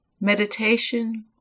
meditation